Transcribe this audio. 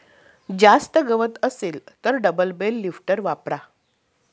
जास्त गवत असेल तर डबल बेल लिफ्टर वापरा